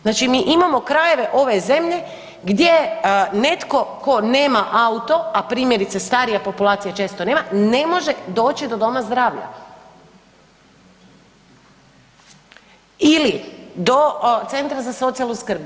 Znači mi imamo krajeve ove zemlje gdje netko tko nema auto, a primjerice starija populacija često nema ne može doći do doma zdravlja ili do Centra za socijalnu skrb.